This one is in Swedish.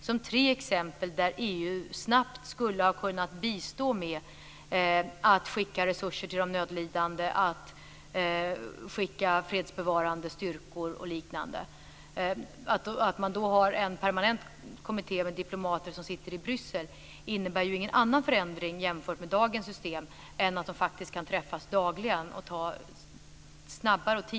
Det är tre exempel där EU snabbt skulle ha kunnat bistå med resurser till de nödlidande och skickat fredsbevarande styrkor osv. Att man har en permanent kommitté med diplomater som sitter i Bryssel innebär ingen annan förändring jämfört med dagens system än att de faktiskt kan träffas dagligen och fatta snabbare beslut.